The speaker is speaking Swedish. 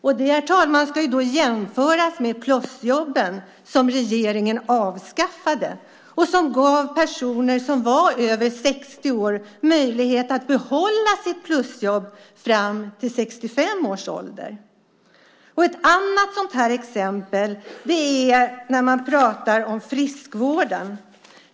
Det, herr talman, ska jämföras med plusjobben som regeringen avskaffade. Personer som var över 60 år gavs möjlighet att behålla sitt plusjobb fram till 65 års ålder. Ett annat exempel är när man pratar om friskvården.